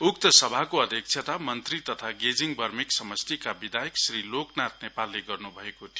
उक्त सभाको आध्यक्षता मन्त्री तथा गेजिङ बर्मेक समष्टिका विधायक श्री लोक नाथ नेपालले गर्नु भएको थियो